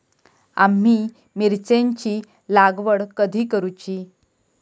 आम्ही मिरचेंची लागवड कधी करूची?